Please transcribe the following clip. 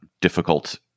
difficult